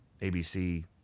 ABC